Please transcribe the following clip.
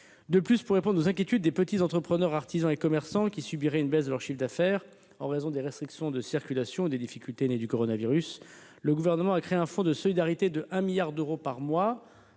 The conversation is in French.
De plus, pour répondre aux inquiétudes des petits entrepreneurs, artisans et commerçants qui subiraient une baisse de leur chiffre d'affaires en raison des restrictions de circulation et des difficultés liées au coronavirus, le Gouvernement a créé un fonds de solidarité doté de 1 milliard d'euros par mois,